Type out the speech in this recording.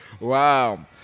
Wow